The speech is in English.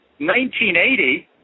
1980